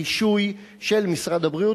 אבל אין בחינת רישוי של משרד הבריאות,